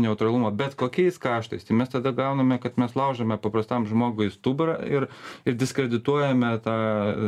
neutralumo bet kokiais kaštais tai mes tada gauname kad mes laužome paprastam žmogui stuburą ir ir diskredituojame tą